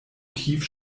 tief